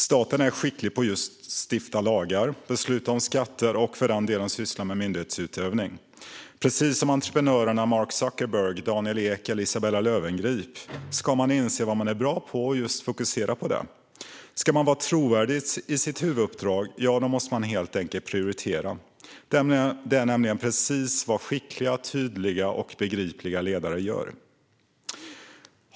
Staten är skicklig på just att stifta lagar, besluta om skatter och för den delen syssla med myndighetsutövning. Precis som entreprenörerna Mark Zuckerberg, Daniel Ek och Isabella Löwengrip ska man inse vad man är bra på och fokusera på just det. Ska man vara trovärdig i sitt huvuduppdrag måste man helt enkelt prioritera. Det är nämligen precis vad skickliga, tydliga och begripliga ledare gör.